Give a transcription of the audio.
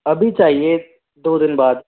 अभी चाहिए दो दिन बाद